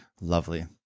lovely